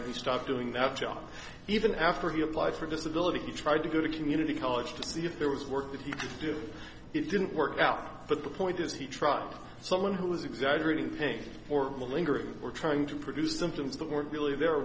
and he stopped doing that job even after he applied for disability he tried to go to community college to see if there was work that he could do it didn't work out but the point is he tried someone who was exaggerating the pain or the lingering or trying to produce symptoms that weren't really there